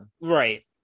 right